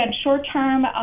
short-term